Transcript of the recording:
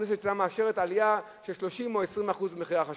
הכנסת לא היתה מאשרת עלייה של 30% או 20% במחירי החשמל.